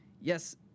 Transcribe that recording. Yes